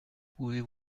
pouvez